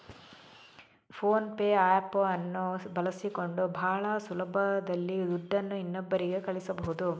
phone pay app ಅನ್ನು ಬಳಸಿಕೊಂಡು ಭಾಳ ಸುಲಭದಲ್ಲಿ ದುಡ್ಡನ್ನು ಇನ್ನೊಬ್ಬರಿಗೆ ಕಳಿಸಬಹುದು